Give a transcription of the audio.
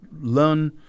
learn